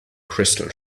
crystal